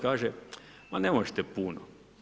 Kaže, ma ne možete puno.